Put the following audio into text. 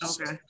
Okay